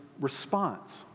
response